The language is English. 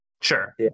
sure